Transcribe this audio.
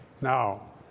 Now